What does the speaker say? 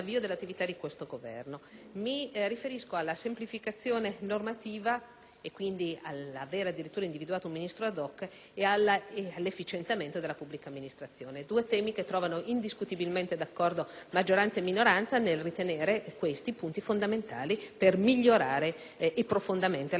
e quindi all'aver addirittura individuato un Ministro *ad hoc*, e all'efficientamento della pubblica amministrazione. Due temi che trovano indiscutibilmente d'accordo maggioranza e minoranza nel ritenerli fondamentali per migliorare profondamente la qualità della nostra normazione e dell'organizzazione del nostro Paese.